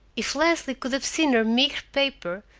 if leslie could have seen her meagre paper,